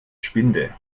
spinde